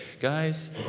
guys